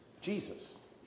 Jesus